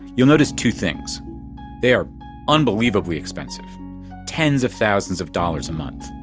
you'll notice two things they are unbelievably expensive tens of thousands of dollars a month.